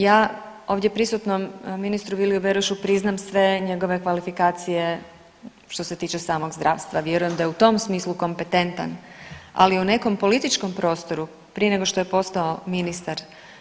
Ja ovdje prisutnom ministru Viliju Berošu priznam sve njegove kvalifikacije što se tiče samog zdravstva, vjerujem da je u tom smislu kompetentan, ali u nekom političkom prostoru prije nego što je postao ministar.